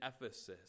Ephesus